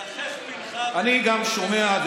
אני גם שומע,